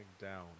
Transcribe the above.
down